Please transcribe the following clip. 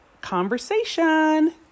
conversation